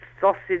sausage